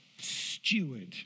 steward